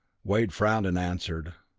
wade frowned and answered.